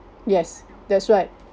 yes that's right